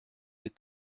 est